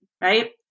right